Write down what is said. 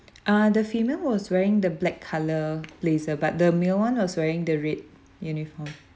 uh the female was wearing the black colour blazer but the male one was wearing the red uniform